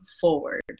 forward